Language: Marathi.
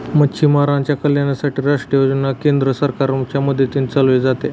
मच्छीमारांच्या कल्याणासाठी राष्ट्रीय योजना केंद्र सरकारच्या मदतीने चालवले जाते